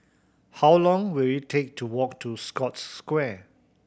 how long will it take to walk to Scotts Square